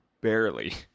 barely